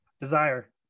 desire